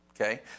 Okay